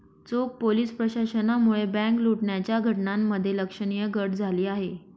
चोख पोलीस प्रशासनामुळे बँक लुटण्याच्या घटनांमध्ये लक्षणीय घट झाली आहे